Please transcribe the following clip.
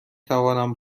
توانم